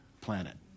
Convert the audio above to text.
planet